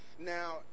Now